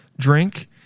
drink